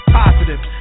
positive